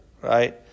right